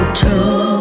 two